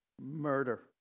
Murder